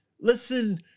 listen